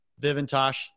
Vivintosh